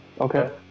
Okay